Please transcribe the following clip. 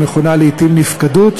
המכונה לעתים "נפקדות",